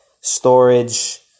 storage